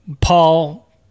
Paul